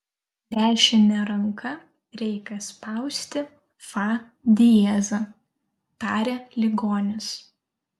dešine ranka reikia spausti fa diezą tarė ligonis